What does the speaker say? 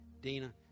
Dina